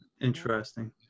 interesting